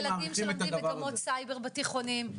לילדים שלומדים מגמות סייבר בתיכונים,